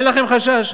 אין לכם חשש?